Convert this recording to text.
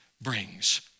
brings